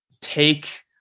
take